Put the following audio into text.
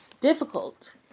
difficult